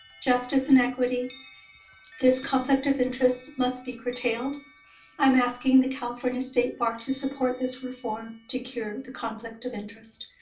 justice and equity this conflict of interest must be curtailed i'm asking the california state bar to support this reform to cure the conflict of interest.